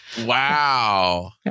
Wow